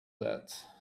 that